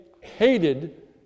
hated